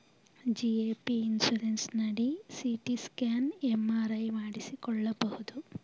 GAP insurance ನಡಿ CT scan, MRI ಮಾಡಿಸಿಕೊಳ್ಳಬಹುದು